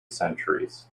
centuries